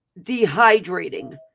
dehydrating